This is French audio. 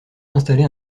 installer